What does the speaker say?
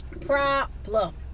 problem